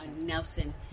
Nelson